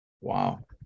Wow